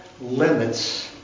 limits